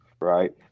right